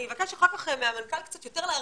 אני אבקש אחר כך מהמנכ"ל קצת יותר להרחיב,